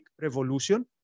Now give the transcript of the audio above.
Revolution